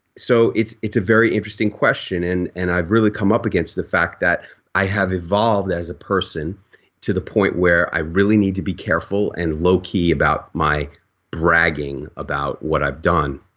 so, it's it's a very interesting question and and i've really come up against the fact that i have evolved as a person to the point where i really need to be careful and low key about my bragging about what i've done.